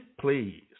please